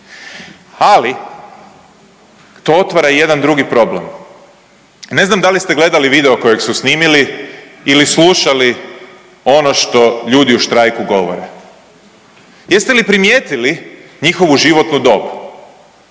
Ali to otvara i jedan drugi problem, ne znam da li ste gledali video kojeg su snimili ili slušali ono što ljudi u štrajku govore. Jeste li primijetili njihovu životnu dob?